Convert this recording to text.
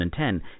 2010